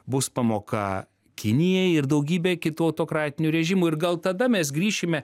bus pamoka kinijai ir daugybei kitų autokratinių režimų ir gal tada mes grįšime